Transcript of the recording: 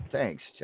Thanks